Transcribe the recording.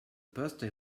birthday